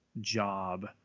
job